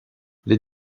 les